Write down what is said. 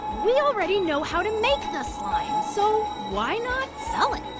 we already know how to make the slime, so why not sell it?